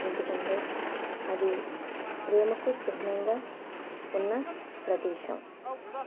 ఎందుకంటే అది ప్రేమకు చిహ్నంగా ఉన్న ప్రదేశం